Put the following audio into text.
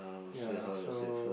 ya so